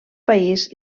país